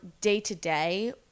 day-to-day